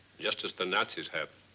just as the nazis have.